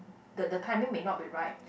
the the timing may not be right